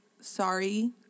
sorry